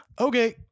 Okay